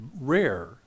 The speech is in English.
rare